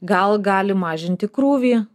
gal gali mažinti krūvį